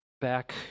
back